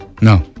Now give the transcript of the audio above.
No